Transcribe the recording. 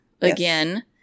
again